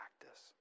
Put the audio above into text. practice